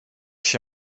się